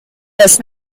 does